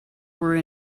were